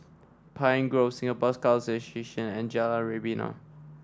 Pine Grove Singapore Scout Association and Jalan Rebana